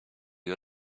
you